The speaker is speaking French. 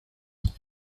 son